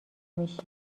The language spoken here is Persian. میشی